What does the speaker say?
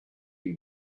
him